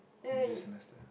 in this semester